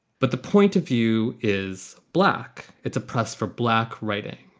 but the point of view is black. it's a plus for black, right. and